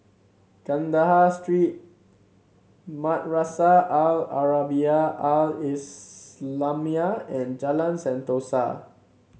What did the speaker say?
Kandahar Street Madrasah Al Arabiah Al Islamiah and Jalan Sentosa